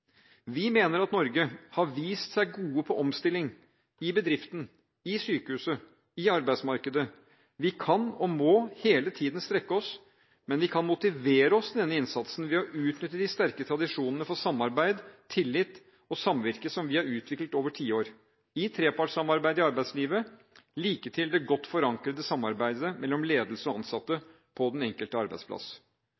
Vi mener at Norge har vist seg gode på omstilling – i bedriften, i sykehuset, i arbeidsmarkedet. Vi kan og må hele tiden strekke oss, men vi kan motivere oss til denne innsatsen ved å utnytte de sterke tradisjonene for samarbeid, tillit og samvirke som vi har utviklet over tiår – i trepartssamarbeidet i arbeidslivet like til det godt forankrede samarbeidet mellom ledelse og ansatte